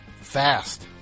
Fast